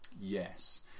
yes